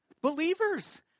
believers